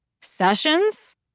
Sessions